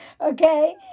Okay